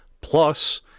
Plus